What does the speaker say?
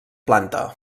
planta